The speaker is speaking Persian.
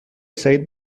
سعید